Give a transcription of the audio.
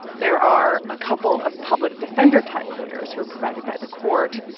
there are a couple of public-defender-type lawyers who are provided by the court.